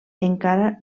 encara